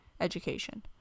education